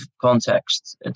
context